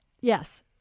Yes